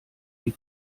die